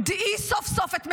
דעי סוף-סוף את מקומך.